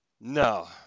No